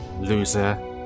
loser